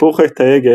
סיפור חטא העגל,